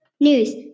News